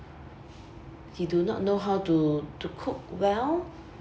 he do not know how to to cook well